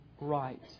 right